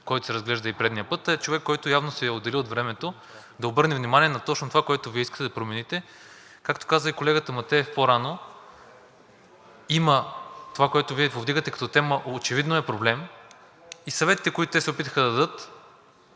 който се разглежда и предния път, а е човек, който явно си е отделил от времето, за да обърне внимание на точно това, което Вие искате да промените. Както каза и колегата Матеев по-рано, това, което Вие повдигате като тема, очевидно е проблем и съветите, които те се опитаха да дадат,